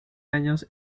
años